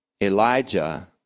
Elijah